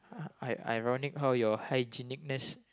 I ironic how your hygienic ness